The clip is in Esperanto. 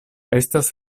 estas